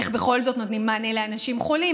איך בכל זאת נותנים מענה לאנשים חולים,